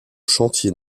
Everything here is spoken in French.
chantiers